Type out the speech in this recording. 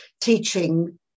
teaching